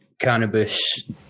cannabis